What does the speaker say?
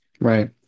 Right